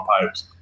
pipes